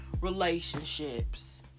relationships